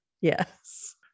Yes